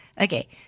okay